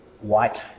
white